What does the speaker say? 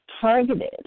targeted